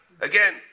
Again